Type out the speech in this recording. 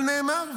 אבל נאמר,